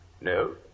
no